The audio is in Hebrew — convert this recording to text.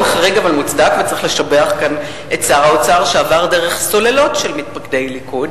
וצריך לשבח כאן את שר האוצר שעבר דרך סוללות של מתפקדי ליכוד